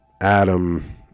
Adam